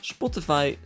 Spotify